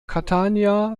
catania